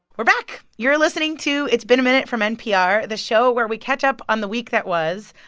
we're back. you're listening to it's been a minute from npr, the show where we catch up on the week that was.